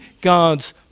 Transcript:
God's